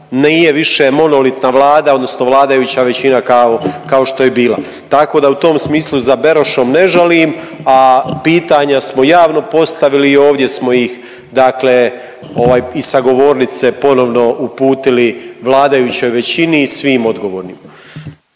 nije više monolitna Vlada, odnosno vladajuća većina kao što je bila. Tako da u tom smislu za Berošom ne žalim, a pitanja smo javno postavili, ovdje smo ih, dakle i sa govornice ponovno uputili vladajućoj većini i svim odgovornima.